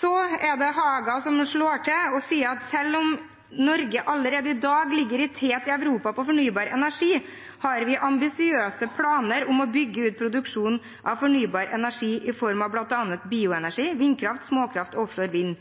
Så er det Åslaug Haga som slår til og sier: «Selv om Norge allerede i dag ligger i tet i Europa på fornybar energi, har vi ambisiøse planer om å bygge ut produksjonen av fornybar energi i form av blant annet bioenergi, vindkraft, småkraft og offshore vind.